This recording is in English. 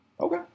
Okay